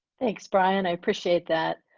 thanks, brian. i appreciate that.